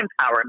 empowerment